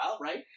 right